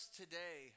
today